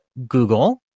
Google